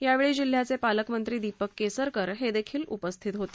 यावेळी जिल्ह्याचे पालकमंत्री दीपक केसरकर उपस्थित होते